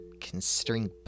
considering